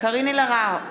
קארין אלהרר,